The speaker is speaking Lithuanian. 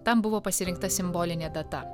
tam buvo pasirinkta simbolinė data